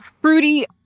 fruity